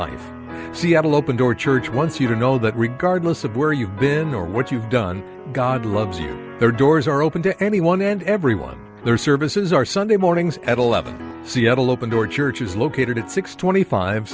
life seattle open door church once you know that regardless of where you've been or what you've done god loves you there doors are open to anyone and everyone their services are sunday mornings at eleven seattle open door church is located at six twenty five